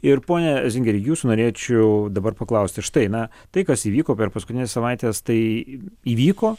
ir pone zingeri jūsų norėčiau dabar paklausti štai na tai kas įvyko per paskutines savaites tai įvyko